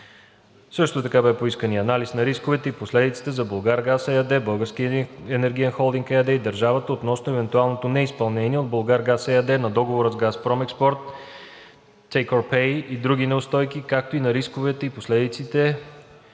Също така беше поискан и анализ на рисковете и последиците за „Булгаргаз“ ЕАД, „Български енергиен холдинг“ ЕАД и държавата относно евентуалното неизпълнение от „Булгаргаз“ ЕАД на договора с ООО „Газпром Експорт“ – take or pay и други неустойки, както и на рисковете и последиците,